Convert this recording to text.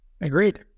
Agreed